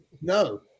No